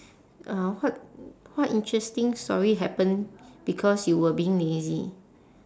uh what what interesting story happen because you were being lazy